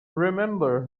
remember